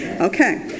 Okay